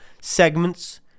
segments